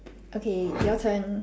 okay your turn